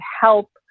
help